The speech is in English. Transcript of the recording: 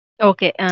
Okay